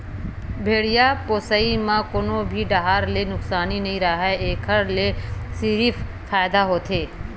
भेड़िया पोसई म कोनो भी डाहर ले नुकसानी नइ राहय एखर ले सिरिफ फायदा होथे